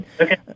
Okay